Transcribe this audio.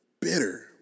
bitter